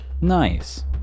Nice